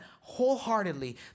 wholeheartedly